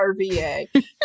RVA